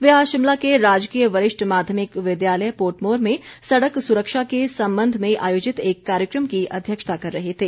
वे आज शिमला के राजकीय वरिष्ठ माध्यमिक विद्यालय पोटमोर में सड़क सुरक्षा के संबंध में आयोजित एक कार्यक्रम की अध्यक्षता कर रहे थे